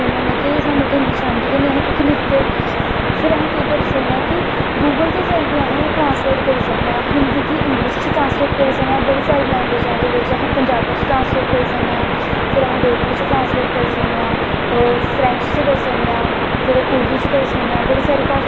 परानें केह् करदे हे कोई बी चीज़ होंदा हा तां उसी चीज़ गी बड़े गौर कन्नै दिखदे हे सुनदे हे लांदे हे जां परानां साढ़ा लाना खाना पीनां उठनां बैठनां किन्नां बड़ा बड़ा सोआद होंदा हा इक दुऐ दै आना जाना अज्ज कल दै लोकें गी केह् ऐ अज्ज कल दे लोग इनैं चीज़ें गी भुल्ली चुके दे